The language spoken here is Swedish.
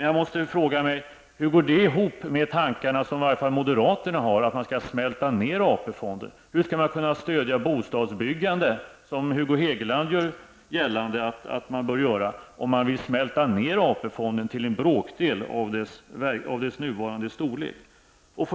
Jag frågar mig hur de tankar som i varje fall moderaterna har om att smälta ner AP-fonden går ihop. Hur skall man kunna stödja bostadsbyggande, vilket Hugo Hegeland gör gällande att man bör göra, om man vill smälta ner AP-fonden till en bråkdel av dess nuvarande storlek?